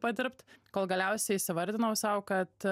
padirbt kol galiausiai įsivarvdinau sau kad